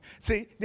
See